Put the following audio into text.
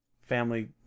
family